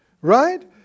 right